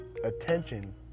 attention